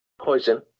Poison